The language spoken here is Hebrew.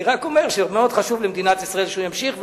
אני רק אומר שמאוד חשוב למדינת ישראל שהוא ימשיך,